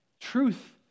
Truth